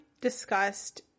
discussed